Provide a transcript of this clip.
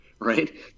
Right